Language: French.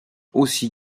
aussi